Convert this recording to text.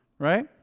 Right